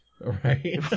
Right